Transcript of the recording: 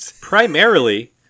Primarily